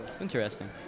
interesting